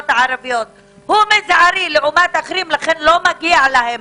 הערביות מזערי לעומת האחרים ולכן לא מגיע להם